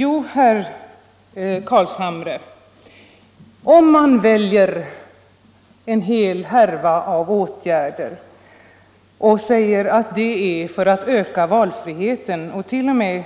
Jo, herr Carlshamre, om man väljer en hel härva av åtgärder och påstår att det är för att öka valfriheten och,